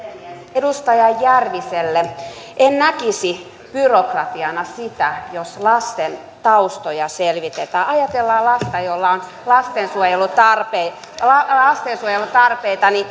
edustaja järviselle en näkisi byrokratiana sitä jos lasten taustoja selvitetään ajatellaan lasta jolla on lastensuojelutarpeita lastensuojelutarpeita